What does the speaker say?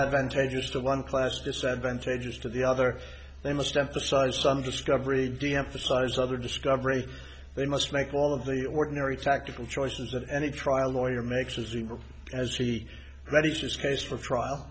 advantageous to one class disadvantageous to the other they must emphasize some discovery deemphasize other discovery they must make all of the ordinary tactical choices that any trial lawyer makes as evil as he ready to his case for trial